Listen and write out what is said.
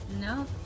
No